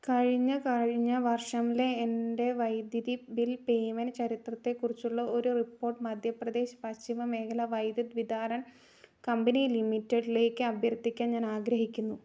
കഴിഞ്ഞ കഴിഞ്ഞ വർഷംലെ എൻ്റെ വൈദ്യുതി ബിൽ പേയ്മെൻ്റ് ചരിത്രത്തെക്കുറിച്ചുള്ള ഒരു റിപ്പോർട്ട് മധ്യപ്രദേശ് പശ്ചിമ മേഖല വൈദ്യുത് വിതാരൺ കമ്പനി ലിമിറ്റഡ്ലേക്ക് അഭ്യർത്ഥിക്കാൻ ഞാൻ ആഗ്രഹിക്കുന്നു